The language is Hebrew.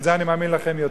על זה אני מאמין לכם יותר.